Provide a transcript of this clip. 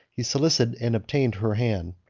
he solicited and obtained her hand.